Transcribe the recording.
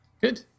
Good